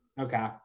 Okay